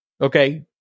okay